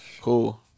Cool